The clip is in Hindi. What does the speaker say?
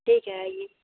ठीक है आइए